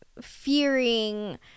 fearing